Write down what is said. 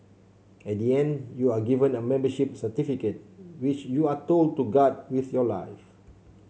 at the end you are given a membership certificate which you are told to guard with your life